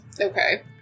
Okay